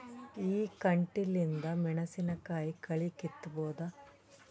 ಈ ಕಂಟಿಲಿಂದ ಮೆಣಸಿನಕಾಯಿ ಕಳಿ ಕಿತ್ತಬೋದ?